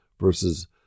versus